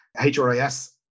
HRIS